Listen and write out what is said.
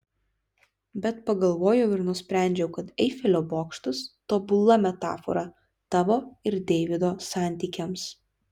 bet pagalvojau ir nusprendžiau kad eifelio bokštas tobula metafora tavo ir deivido santykiams